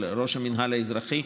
של ראש המינהל האזרחי.